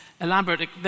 elaborate